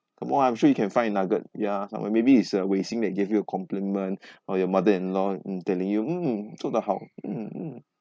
come on I'm sure you can find a nugget yeah somewhere maybe it's uh wei xing that give you a compliment or your mother-in-law telling you mm 做得好 mm mm